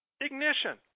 Ignition